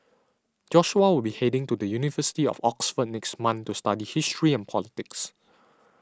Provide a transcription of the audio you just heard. Joshua will be heading to the University of Oxford next month to study history and politics